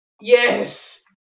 Yes